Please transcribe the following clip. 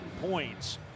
points